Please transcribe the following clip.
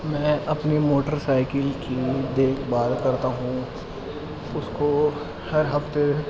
میں اپنی motorcycle کی دیکھ بھال کرتا ہوں اس کو ہر ہفتے